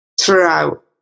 throughout